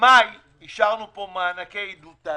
במאי אישרנו פה מענקי עידוד תעסוקה,